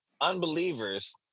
unbelievers